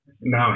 No